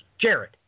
Jared